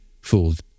fooled